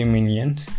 Minions